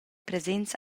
presents